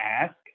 ask